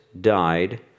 died